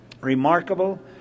remarkable